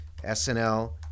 SNL